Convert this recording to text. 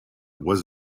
was